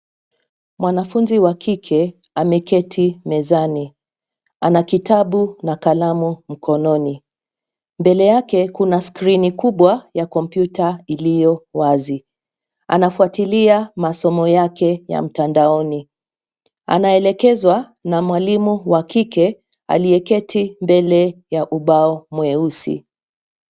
Mwanafunzi wa kike ameketi mezani ana kitabu na kalamu mkononi, mbele yake kuna skrini kubwa ya kompyuta iliyo wazi. Anafuatilia masomo yake ya mtandaoni, anaelekezwa na mwalimu wa kike aliyeketi mbele ya ubao mweusi